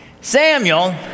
Samuel